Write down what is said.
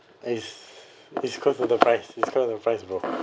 it's it's because of the price it's because of the price bro